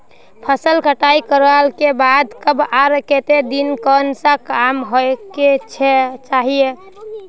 फसल कटाई करला के बाद कब आर केते दिन में कोन सा काम होय के चाहिए?